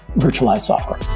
virtualized software.